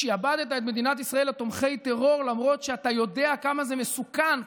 שעבדת את מדינת ישראל לתומכי טרור למרות שאתה יודע כמה זה מסוכן.